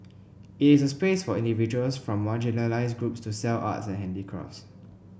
it is a space for individuals from marginalised groups to sell arts and handicrafts